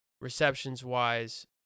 receptions-wise